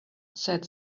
said